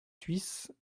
suisses